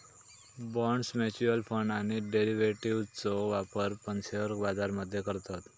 bonds, mutual fund आणि डेरिव्हेटिव्ह्जचो व्यापार पण शेअर बाजार मध्ये करतत